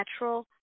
natural